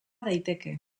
daiteke